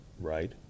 right